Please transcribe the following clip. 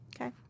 Okay